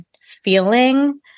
feeling